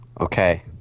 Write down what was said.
Okay